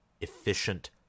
efficient